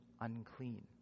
unclean